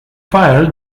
fire